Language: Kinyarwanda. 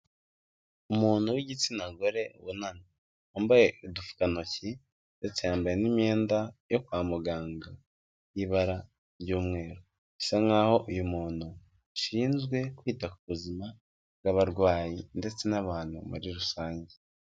Umuntu w'igitsina gore wunamye wambaye udupfukantoki ndetse yambaye n'imyenda yo kwa muganga y'ibara ry'umweru. Bisa nkaho uyu muntu ashinzwe kwita ku buzima bw'abarwayi ndetse n'abantu muri rusange.